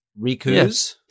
rikus